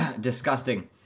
Disgusting